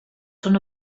són